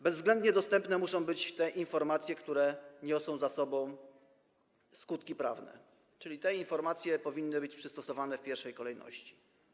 Bezwzględnie dostępne muszą być te informacje, które niosą za sobą skutki prawne, czyli te informacje powinny być przystosowane w pierwszej kolejności.